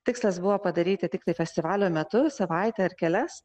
tikslas buvo padaryti tiktai festivalio metu savaitę ar kelias